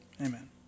Amen